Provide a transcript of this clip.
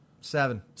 Seven